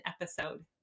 episode